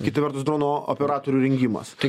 kita vertus drono operatorių rengimas tai